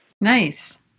Nice